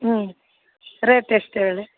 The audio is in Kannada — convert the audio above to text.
ಹ್ಞೂ ರೇಟ್ ಎಷ್ಟು ಹೇಳಿ ರೀ